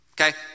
okay